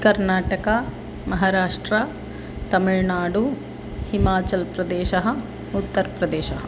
कर्नाटकः महाराष्ट्रः तमिल्नाडुः हिमाचलप्रदेशः उत्तरप्रदेशः